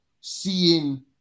seeing